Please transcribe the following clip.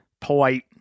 polite